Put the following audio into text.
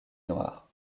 noir